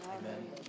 Amen